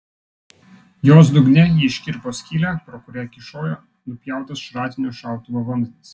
jos dugne ji iškirpo skylę pro kurią kyšojo nupjautas šratinio šautuvo vamzdis